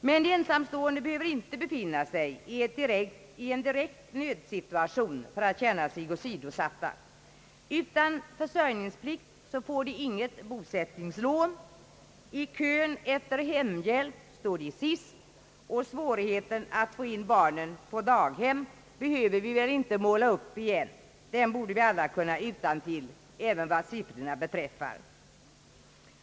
De ensamstående behöver inte befinna sig i en direkt nödsituation för att känna sig åsidosatta. Utan försörjningsplikt får de inget bostadslån. I kön efter hemhjälp står de sist, och svårigheten att få in barnen på daghem behöver vi väl inte måla upp igen — den borde vi väl alla kunna utantill, även vad siffrorna beträffar.